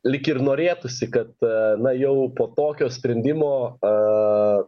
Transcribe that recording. lyg ir norėtųsi kad na jau po tokio sprendimo a